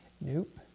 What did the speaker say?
Nope